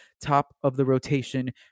top-of-the-rotation